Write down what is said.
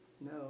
no